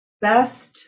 best